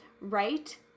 right